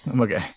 okay